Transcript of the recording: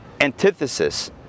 antithesis